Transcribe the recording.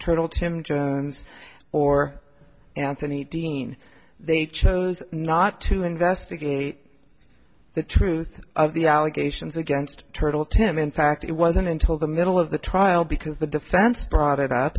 total tim jones or anthony dean they chose not to investigate the truth of the allegations against turtle tim in fact it wasn't until the middle of the trial because the defense brought it up